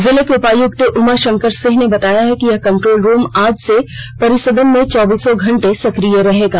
जिले के उपायुक्त उमाशंकर सिंह ने बताया कि यह कंट्रोल रूम आज से परिसदन में चौबीसों घंटे सक्रीय रहेगा